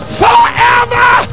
forever